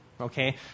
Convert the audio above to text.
Okay